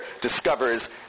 discovers